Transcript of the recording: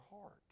heart